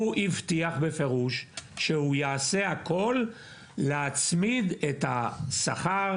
הוא הבטיח בכנס הזה שהוא יעשה הכל להצמיד את השכר